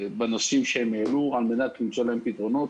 בנושאים שהם העלו כדי למצוא להם פתרונות.